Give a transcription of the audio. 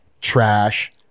Trash